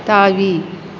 தாவி